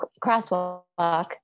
crosswalk